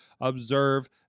observe